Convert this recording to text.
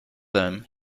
them